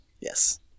yes